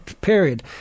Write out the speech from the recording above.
period